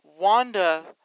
Wanda